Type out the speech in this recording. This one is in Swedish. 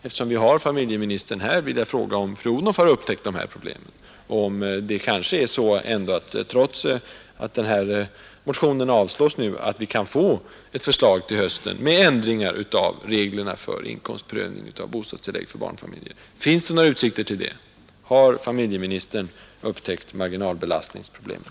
Eftersom vi har familjeministern här skulle jag vilja fråga om fru Odhnoff har upptäckt de här problemen och om vi ändå inte, trots att denna motion nu avslås, till hösten kan få ett förslag om ändring av reglerna för inkomstprövning av bostadstilläggen för barnfamiljer. Finns det några utsikter till det? Har familjeministern upptäckt marginalbelastningsproblemet?